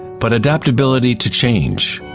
but adaptability to change.